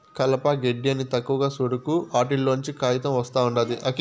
కలప, గెడ్డి అని తక్కువగా సూడకు, ఆటిల్లోంచే కాయితం ఒస్తా ఉండాది